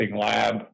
lab